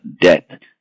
debt